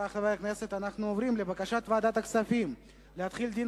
אנחנו עוברים לבקשת ועדת הכספים להחיל דין